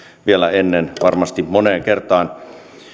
vielä ennen varmasti moneen kertaan